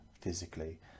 physically